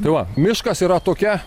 tai va miškas yra tokia